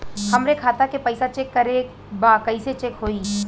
हमरे खाता के पैसा चेक करें बा कैसे चेक होई?